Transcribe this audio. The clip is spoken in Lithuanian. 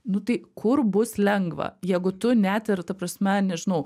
nu tai kur bus lengva jeigu tu net ir ta prasme nežinau